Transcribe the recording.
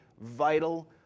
vital